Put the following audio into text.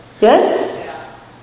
yes